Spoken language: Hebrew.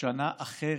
שנה אחרת,